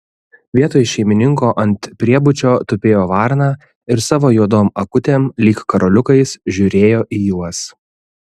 vietoj šeimininko ant priebučio tupėjo varna ir savo juodom akutėm lyg karoliukais žiūrėjo į juos